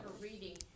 reading